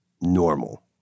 normal